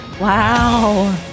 Wow